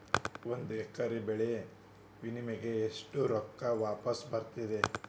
ಒಂದು ಎಕರೆ ಬೆಳೆ ವಿಮೆಗೆ ಎಷ್ಟ ರೊಕ್ಕ ವಾಪಸ್ ಬರತೇತಿ?